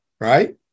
right